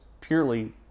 purely